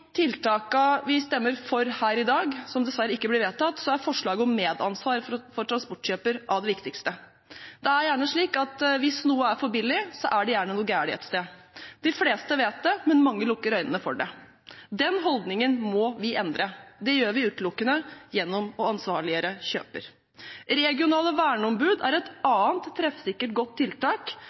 vi stemmer for her i dag – som dessverre ikke blir vedtatt – er forslaget om medansvar for transportkjøper av det viktigste. Det er gjerne slik at hvis noe er for billig, så er det gjerne noe galt et sted. De fleste vet det, men mange lukker øynene for det. Den holdningen må vi endre. Det gjør vi utelukkende gjennom å ansvarliggjøre kjøper. Regionale verneombud er et annet treffsikkert, godt tiltak,